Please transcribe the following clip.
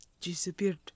disappeared